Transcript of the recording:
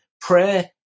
Prayer